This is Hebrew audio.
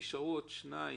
מהישיבה הקודמת נשארו שניים